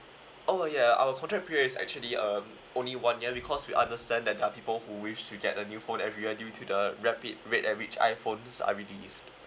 oh yeah our contract period is actually um only one year because we understand that there are people who wish to get a new phone every year due to the rapid rate at which iphones are released